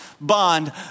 bond